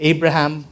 Abraham